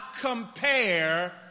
compare